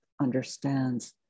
understands